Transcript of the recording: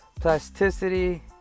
plasticity